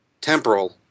temporal